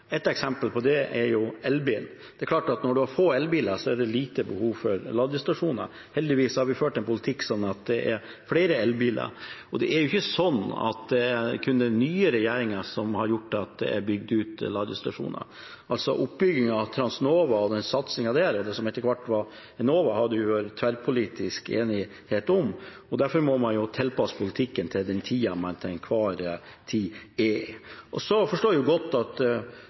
eksempel på det er jo elbilen. Det er klart at når man har få elbiler, er det lite behov for ladestasjoner. Heldigvis har vi ført en politikk som har gitt flere elbiler. Det er jo ikke slik at det kun er den nye regjeringen som har gjort at det er bygd ut ladestasjoner. Oppbyggingen av Transnova og satsingen der, og det som etter hvert ble Enova, var det tverrpolitisk enighet om. Derfor må man jo tilpasse politikken til den tida man til enhver tid er i. Jeg forstår godt at statsråden vil snakke om tida før den rød-grønne tida, men man kommer ikke unna det at